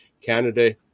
Canada